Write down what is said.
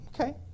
Okay